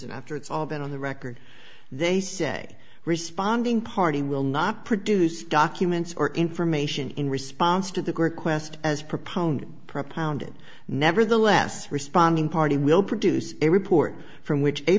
and after it's all been on the record they say responding party will not produce documents or information in response to the group quest as proponent propound it nevertheless responding party will produce a report from which a